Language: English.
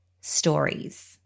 Stories